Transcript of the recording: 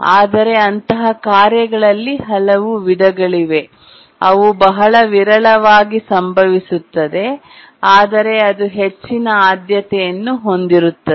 ಆದರೆ ಅಂತಹ ಕಾರ್ಯಗಳಲ್ಲಿ ಹಲವು ವಿಧಗಳಿವೆ ಅದು ಬಹಳ ವಿರಳವಾಗಿ ಸಂಭವಿಸುತ್ತದೆ ಆದರೆ ಅದು ಹೆಚ್ಚಿನ ಆದ್ಯತೆಯನ್ನು ಹೊಂದಿರುತ್ತದೆ